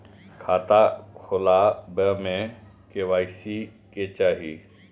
खाता खोला बे में के.वाई.सी के चाहि?